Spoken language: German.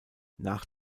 nach